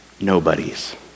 nobodies